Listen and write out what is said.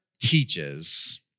teaches